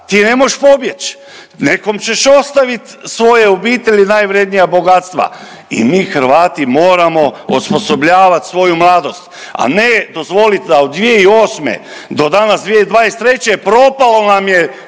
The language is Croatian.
ti ne mo'š pobjeć, nekom će ostavit svoje obitelji i najvrjednija bogatstva i mi Hrvati moramo osposobljavati svoju mladost, a ne dozvoliti da od 2008. do danas, 2023. propalo nam je